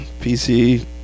PC